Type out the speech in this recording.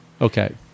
Okay